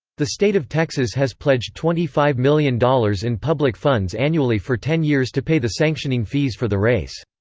the state of texas has pledged twenty five million dollars in public funds annually for ten years to pay the sanctioning fees for the race.